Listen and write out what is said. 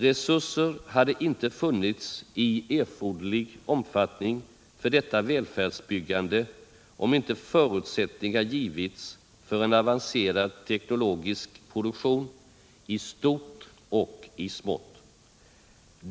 Resurser hade inte funnits i erforderlig omfattning för detta välfärdsbyggande om inte förutsättningar givits för en avancerad teknologisk produktion i stort och smått.